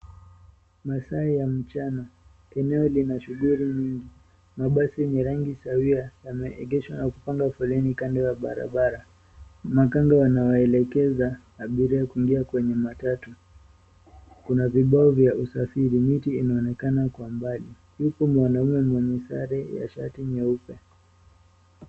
Masaa ya mchana. Eneo lina shughuli nyingi. Mabasi ya rangi sawia yameegeshwa na kupangwa foleni kando ya barabara. Makanga wanawaelekeza abiria kuingia kwenye matatu. Kuna vibao vya usafiri. Miti inaonekana kwa mbali. Yupo mwanamume mwenye sare ya shati nyeupe.